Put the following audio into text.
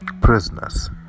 prisoners